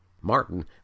Martin